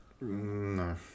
No